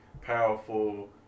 powerful